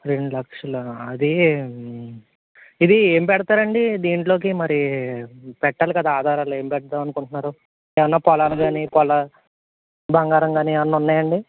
రెండు లక్షలా అది ఇది ఏమి పెడతారు అండి దీంట్లోకి మరి పెట్టాలి కదా ఆధారాలు ఏమి పెడదాం అనుకుంటున్నారు ఏమన్న పొలాలు కానీ పొల బంగారం కానీ ఏమన్న ఉన్నాయండి